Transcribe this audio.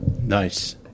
Nice